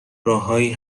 راههایی